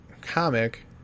comic